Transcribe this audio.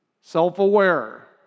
self-aware